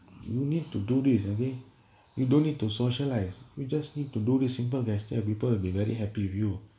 you need to do this okay you don't need to socialise you just need to do this simple gesture people will be very happy view